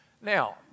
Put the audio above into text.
Now